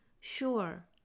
Sure